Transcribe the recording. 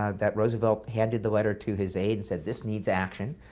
ah that roosevelt handed the letter to his aides this needs action.